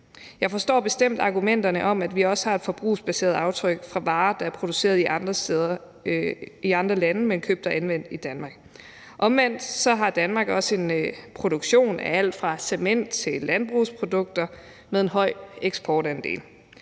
Jeg forstår bestemt argumenterne om, at vi også har et forbrugsbaseret aftryk fra varer, der er produceret i andre lande, men købt og anvendt i Danmark. Omvendt har Danmark også en produktion af alt fra cement til landbrugsprodukter med en høj eksportandel.